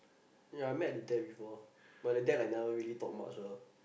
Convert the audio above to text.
ya I met the dad before but the dad like never really talk much lah